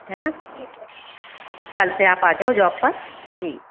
है न ठीक है कल से आप आ जाओ जॉब पर